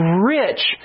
rich